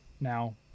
now